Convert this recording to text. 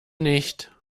nicht